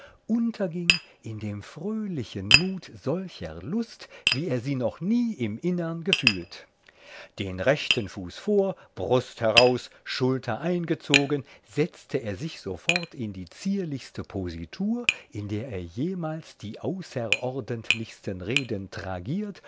unterging in dem fröhlichen mut solcher lust wie er sie noch nie im innern gefühlt den rechten fuß vor brust heraus schulter eingezogen setzte er sich sofort in die zierlichste positur in der er jemals die außerordentlichsten reden